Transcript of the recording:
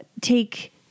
take